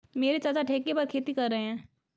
मेरे चाचा ठेके पर खेती कर रहे हैं